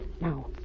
Now